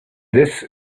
this